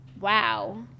wow